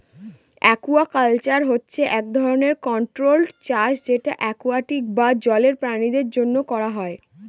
aquaculture হচ্ছে এক ধরনের কন্ট্রোল্ড চাষ যেটা একুয়াটিক বা জলের প্রাণীদের জন্য করা হয়